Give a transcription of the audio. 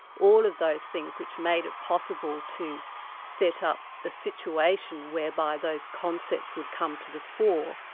all of those things, which made it possible to set up a situation whereby those concepts would come to the fore.